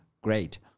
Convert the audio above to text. great